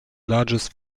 largest